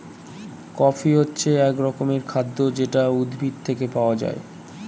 coffee হচ্ছে এক রকমের খাদ্য যেটা উদ্ভিদ থেকে পাওয়া যায়